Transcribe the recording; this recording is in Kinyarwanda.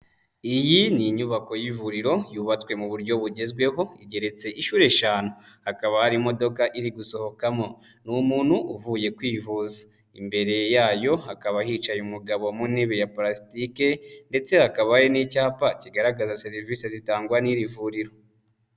Iyi ni inyubako y'ivuriro yubatswe mu buryo bugezweho igereretse inshuro eshanu. Hakaba hari imodoka iri gusohokamo. Ni umuntu uvuye kwivuza. Imbere yayo hakaba hicaye umugabo mu ntebe ya pulasitike ndetse hakaba hari n'icyapa kigaragaza serivisi zitangwa n'iri vuriro.